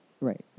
right